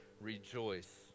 rejoice